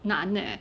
难 eh